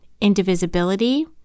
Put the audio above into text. indivisibility